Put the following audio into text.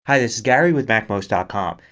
hi this is gary with macmost ah com.